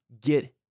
get